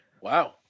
Wow